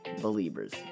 Believers